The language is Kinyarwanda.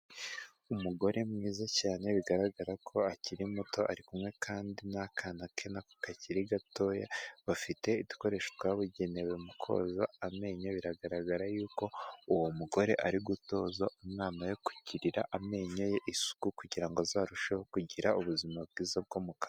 Umugore mwiza cyane bigaragara ko akiri muto, ari kumwe kandi n'akana ke kakiri gatoya, bafite ibikoresho byabugenewe mu koza amenyo biragaragara yuko uwo mugore ari gutoza umwana yo kwigirira amenyo ye isuku, kugira ngo azarusheho kugira ubuzima bwiza bwo mu kaziwa.